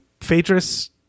Phaedrus